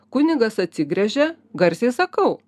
kunigas atsigręžia garsiai sakau